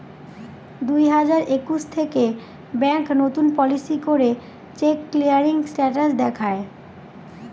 দুই হাজার একুশ থেকে ব্যাঙ্ক নতুন পলিসি করে চেক ক্লিয়ারিং স্টেটাস দেখায়